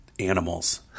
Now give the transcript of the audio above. Animals